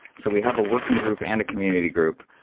so we have a working group and a community group,